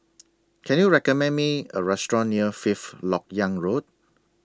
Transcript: Can YOU recommend Me A Restaurant near Fifth Lok Yang Road